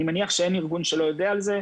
אני מניח שאין ארגון שלא יודע על זה.